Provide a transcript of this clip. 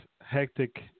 hectic